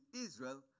Israel